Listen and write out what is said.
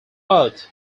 earth